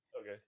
Okay